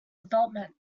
development